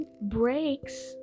breaks